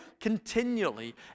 continually